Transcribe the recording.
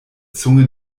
zunge